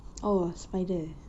oh spiders